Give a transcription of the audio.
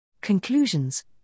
Conclusions